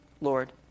Lord